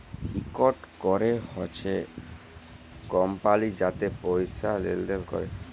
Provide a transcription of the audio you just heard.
ইকট ক্যরে হছে কমপালি যাতে পয়সা লেলদেল ক্যরে